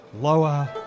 lower